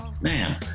man